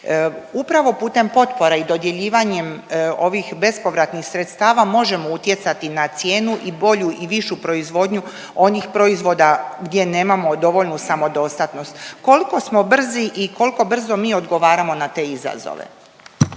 Upravo putem potpora i dodjeljivanjem ovih bespovratnih sredstava možemo utjecati na cijenu i bolju i višu proizvodnju onih proizvoda gdje nemamo dovoljnu samodostatnost. Kolko smo brzi i kolko brzo mi odgovaramo na te izazove?